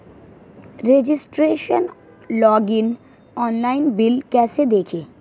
Registration login online bill कैसे देखें?